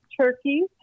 Turkeys